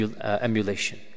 emulation